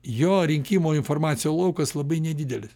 jo rinkimo informacijų laukas labai nedidelis